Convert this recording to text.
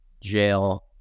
jail